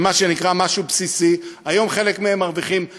במה שנקרא "משהו בסיסי"; היום חלק מהם מרוויחים 15,000,